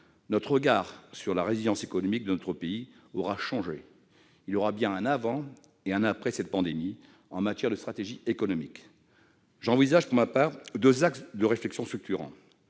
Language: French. notre regard sur la résilience économique de notre pays aura changé. Il y aura bien un avant et un après cette pandémie en matière de stratégie économique. J'envisage, pour ma part, deux axes de réflexion structurants.